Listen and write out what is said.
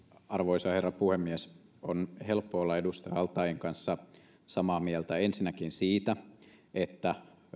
arvoisa herra puhemies on helppo olla edustaja al taeen kanssa samaa mieltä ensinnäkin siitä että